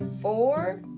four